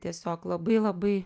tiesiog labai labai